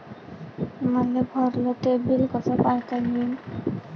मले भरल ते बिल कस पायता येईन?